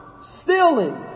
Stealing